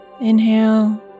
Inhale